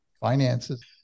finances